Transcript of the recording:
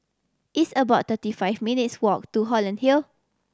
it's about thirty five minutes' walk to Holland Hill